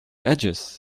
edges